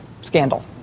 scandal